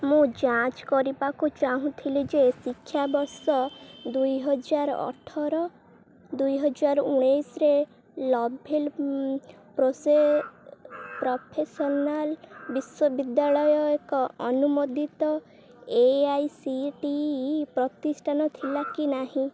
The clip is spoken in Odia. ମୁଁ ଯାଞ୍ଚ କରିବାକୁ ଚାହୁଁଥିଲି ଯେ ଶିକ୍ଷାବର୍ଷ ଦୁଇହଜାର ଅଠର ଦୁଇହଜାର ଉଣେଇଶିରେ ଲଭ୍ଲି ପ୍ରସେ ପ୍ରଫେସନାଲ୍ ବିଶ୍ୱବିଦ୍ୟାଳୟ ଏକ ଅନୁମୋଦିତ A I C T E ପ୍ରତିଷ୍ଠାନ ଥିଲା କି ନାହିଁ